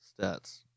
stats